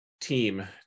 team